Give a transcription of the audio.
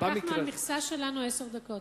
לקח מהמכסה שלנו עשר דקות.